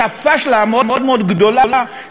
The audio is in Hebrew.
את הפשלה המאוד-מאוד גדולה,